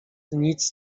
nic